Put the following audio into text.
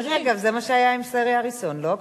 דרך אגב, זה מה שהיה עם שרי אריסון, לא?